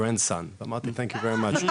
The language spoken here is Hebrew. אמרתי להם תודה רבה,